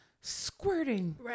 squirting